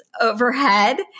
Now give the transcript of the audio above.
overhead